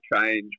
change